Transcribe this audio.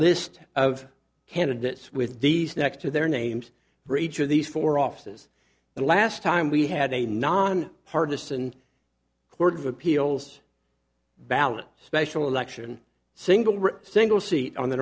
list of candidates with these next to their names for each of these four offices the last time we had a non partisan court of appeals ballot special election single single seat on the